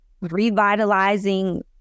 revitalizing